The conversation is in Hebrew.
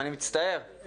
אני מצטער,